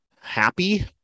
happy